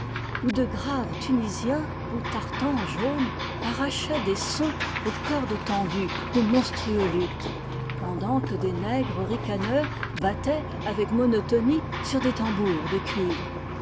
où de graves tunisiens aux tartans jaunes arrachaient des sons aux cordes tendues de monstrueux luths pendant que des nègres ricaneurs battaient avec monotonie sur des tambours de cuivre